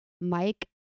Mike